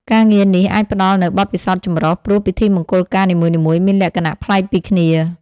ការងារនេះអាចផ្តល់នូវ បទពិសោធន៍ចម្រុះ ព្រោះពិធីមង្គលការនីមួយៗមានលក្ខណៈប្លែកពីគ្នា។